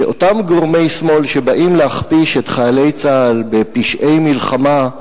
שאותם גורמי שמאל שבאים להכפיש את חיילי צה"ל בפשעי מלחמה,